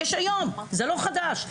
יש היום, זה לא חדש.